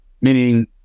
meaning